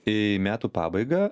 į metų pabaigą